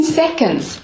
seconds